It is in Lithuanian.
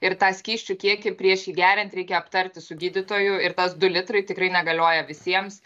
ir tą skysčių kiekį prieš jį geriant reikia aptarti su gydytoju ir tas du litrai tikrai negalioja visiems